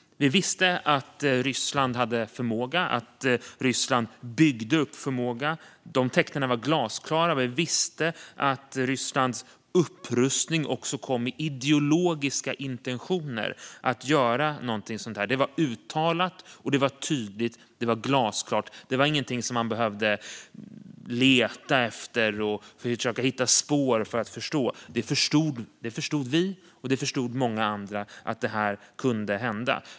Vi visste att Ryssland hade förmåga och byggde upp förmåga. De tecknen var glasklara. Vi visste att Rysslands upprustning också kom med ideologiska intentioner att göra någonting sådant här; det var uttalat, tydligt och glasklart. Det var ingenting man behövde leta efter eller försöka hitta spår för att förstå, utan det förstod man. Att det här kunde hända förstod vi, och det förstod många andra.